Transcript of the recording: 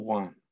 one